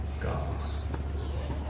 God's